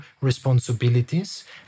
responsibilities